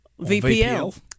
VPL